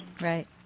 Right